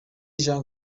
jean